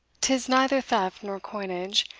tis neither theft nor coinage,